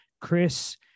Chris